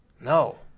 No